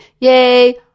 yay